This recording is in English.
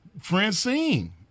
Francine